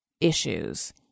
issues